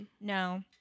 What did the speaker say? no